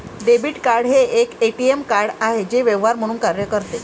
debit card हे एक ATM card आहे जे व्यवहार म्हणून कार्य करते